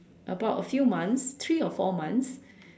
about a few months three or four months